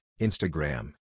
Instagram